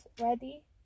ready